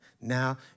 Now